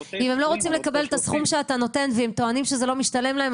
אם הם לא רוצים לקבל את הסכום שאתה נותן והם טוענים שזה לא משתלם להם,